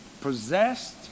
possessed